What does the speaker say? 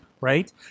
right